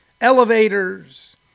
elevators